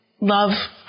love